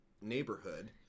neighborhood